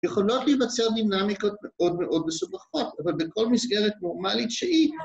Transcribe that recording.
‫יכולות להתבצע דינמיקות ‫מאוד מאוד מסובכות, ‫אבל בכל מסגרת פורמלית שהיא...